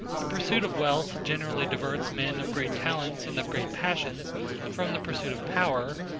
the pursuit of wealth generally diverts men of great talents and of great passions from the pursuit of power,